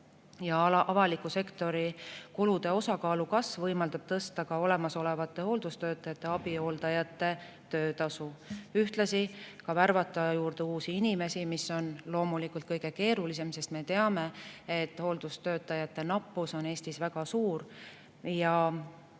ja avaliku sektori kulude osakaalu kasv võimaldab tõsta ka olemasolevate hooldustöötajate, abihooldajate töötasu, ühtlasi värvata juurde uusi inimesi, mis on loomulikult kõige keerulisem, sest me teame, et hooldustöötajate nappus on Eestis väga suur.